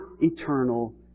eternal